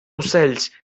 ocells